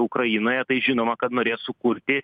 ukrainoje tai žinoma kad norės sukurti